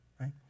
right